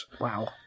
Wow